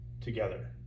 together